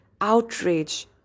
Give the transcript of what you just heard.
outrage